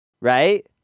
right